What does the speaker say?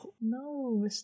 No